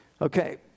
Okay